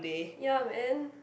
ya man